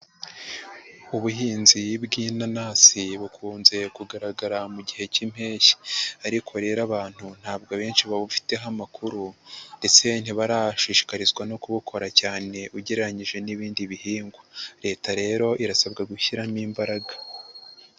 Ubuhinzi bw'inanasi bukunze kugaragara mu gihe cy'impeshyi ariko rero abantu ntabwo abenshi bawufiteho amakuru ndetse ntibarashishikarizwa no kubukora cyane ugereranyije n'ibindi bihingwa, leta rero irasabwa gushyiramo imbaraga.